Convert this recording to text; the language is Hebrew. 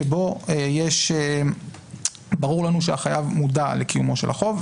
שבו ברור לנו שהחייב מודע לקיומו של החוב,